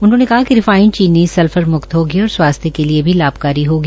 उन्होंने कहा कि रिफाइंड चीनी सल्फर म्क्त होगी और स्वास्थ्य के लिये भी लाभकारी होगी